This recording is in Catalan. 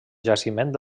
jaciment